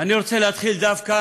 אני רוצה להתחיל דווקא